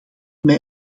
mij